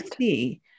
see